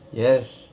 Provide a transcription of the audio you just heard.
yes